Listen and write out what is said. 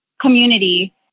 community